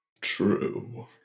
true